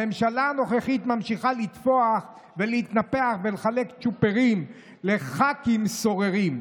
הממשלה הנוכחית ממשיכה לתפוח ולהתנפח ולחלק צ'ופרים לח"כים סוררים".